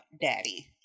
daddy